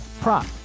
prop